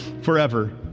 forever